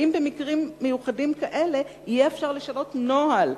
האם במקרים מיוחדים כאלה יהיה אפשר לשנות נוהל,